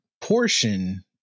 portion